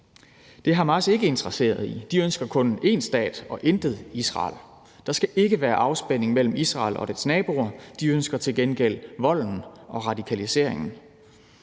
Det er Hamas ikke interesseret i. De ønsker kun én stat og intet Israel. Der skal ikke være afspænding mellem Israel og dets naboer. De ønsker til gengæld volden og radikaliseringen.